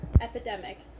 epidemic